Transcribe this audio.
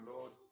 Lord